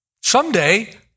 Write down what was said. Someday